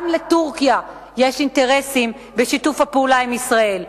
גם לטורקיה יש אינטרסים בשיתוף הפעולה עם ישראל.